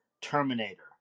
Terminator